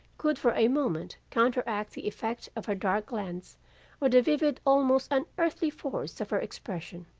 could for a moment counteract the effect of her dark glance or the vivid almost unearthly force of her expression.